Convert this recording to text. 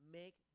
make